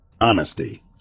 Honesty